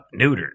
neutered